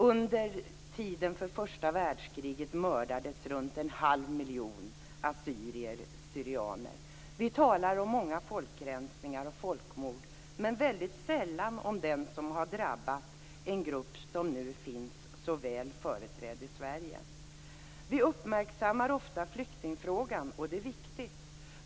Under tiden för första världskriget mördades runt en halv miljon assyrier/syrianer. Vi talar om många folkrensningar och folkmord, men väldigt sällan om vad som har drabbat denna grupp som nu finns så väl företrädd i Sverige. Vi uppmärksammar ofta flyktingfrågan, och det är viktigt.